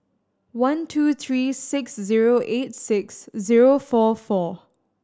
one two three six zero eight six zero four four